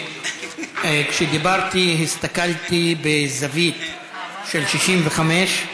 כשדיברתי הסתכלתי בזווית של 65,